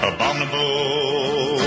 Abominable